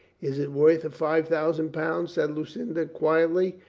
is it worth a five thousand pound? said lu cinda quietly.